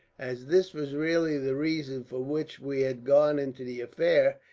as this was really the reason for which we had gone into the affair,